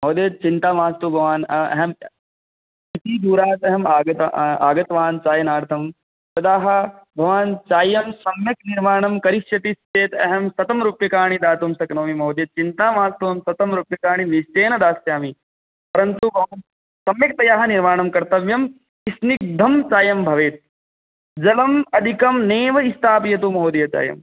महोदय चिन्ता मास्तु भवान् अहम् अति दूरादागत् अहम् आगतवान् चायार्थं यदि भवान् चायं सम्यक् निर्माणं करिष्यति चेत् अहं शतं रूप्यकाणि दातुं शक्नोमि महोदय चिन्ता मास्तु शतं रूप्यकाणि निश्चयेन दास्यामि परन्तु भवान् सम्यक्तया निर्माणं कर्तव्यं स्निग्धं चायं भवेत् जलं अधिकं नैव स्थापयतु महोदय चायं